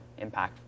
impactful